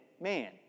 man